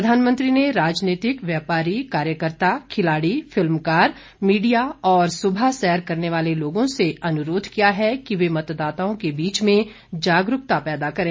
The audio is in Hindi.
प्रधानमंत्री ने राजनीतिक व्यापारी कार्यकर्ता खिलाड़ी फिल्मकार मीडिया और सुबह सैर करने वाले लोगो से अनुरोध किया है कि वे मतदाताओं के बीच में जागरूकता पैदा करें